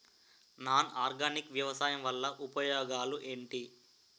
Non organic వ్యవసాయం వల్ల ఉపయోగాలు ఏంటీ?